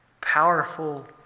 Powerful